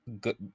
good